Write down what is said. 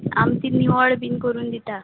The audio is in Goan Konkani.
आमी ती निवळ बी करून दिता